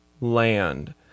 land